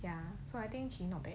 ya so I think she normally